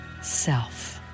self